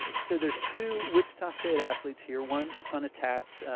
so there's two wichita state athletes here. one unattached,